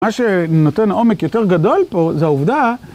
מה שנותן עומק יותר גדול פה זה העובדה